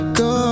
go